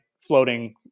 floating